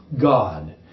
God